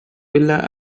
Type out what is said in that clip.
villa